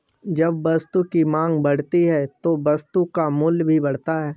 जब वस्तु की मांग बढ़ती है तो वस्तु का मूल्य भी बढ़ता है